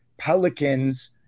pelicans